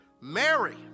Mary